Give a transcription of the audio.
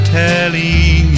telling